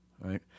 right